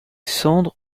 cendres